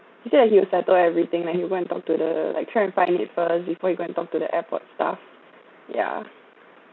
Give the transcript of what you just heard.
he said he would settle everything like he would go and talk to the like try to find it first before he go and talk to the airport staff yeah